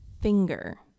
Finger